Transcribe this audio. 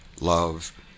love